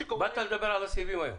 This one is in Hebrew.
באת לדבר על הסיבים היום?